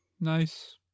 Nice